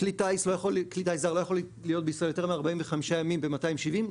שכלי טיס זר לא יכול להיות בישראל יותר מ-45 ימים ב-270 ימים,